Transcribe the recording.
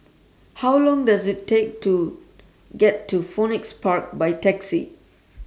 How Long Does IT Take to get to Phoenix Park By Taxi